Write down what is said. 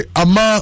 ama